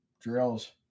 drills